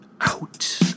out